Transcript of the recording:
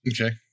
Okay